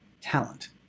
talent